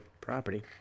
property